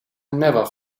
never